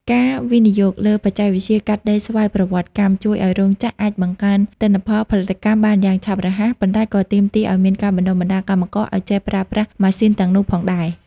ការវិនិយោគលើបច្ចេកវិទ្យាកាត់ដេរស្វ័យប្រវត្តិកម្ម ជួយឱ្យរោងចក្រអាចបង្កើនទិន្នផលផលិតកម្មបានយ៉ាងឆាប់រហ័ស ប៉ុន្តែក៏ទាមទារឱ្យមានការបណ្ដុះបណ្ដាលកម្មករឱ្យចេះប្រើប្រាស់ម៉ាស៊ីនទាំងនោះផងដែរ។